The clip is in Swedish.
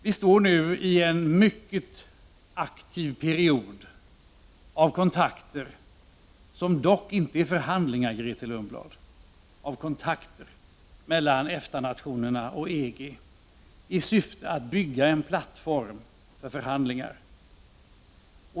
Vi befinner oss nu i en mycket aktiv period av kontakter — som dock inte är förhandlingar, Grethe Lundblad — mellan EFTA-nationer och EG i syfte att bygga en plattform för förhandlingar.